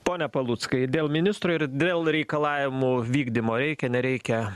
pone paluckai dėl ministro ir dėl reikalavimų vykdymo reikia nereikia